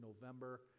November